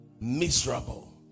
miserable